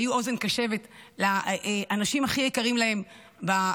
והיו אוזן קשבת לאנשים הכי יקרים להן בחזית.